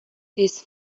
this